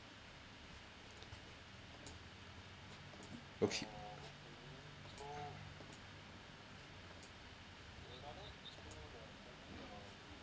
okay